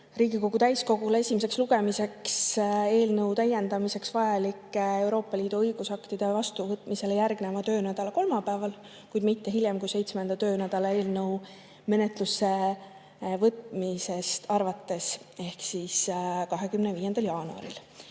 Riigikogu täiskogule esimeseks lugemiseks eelnõu täiendamiseks vajalike Euroopa Liidu õigusaktide vastuvõtmisele järgneva töönädala kolmapäeval, kuid mitte hiljem kui seitsmendal töönädalal pärast eelnõu menetlusse võtmist ehk 25. jaanuariks,